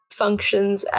functions